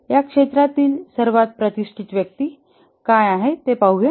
या क्षेत्रातील सर्वात प्रतिष्ठित व्यक्ती काय आहे ते पाहू या